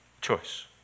choice